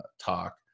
talk